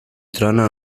trona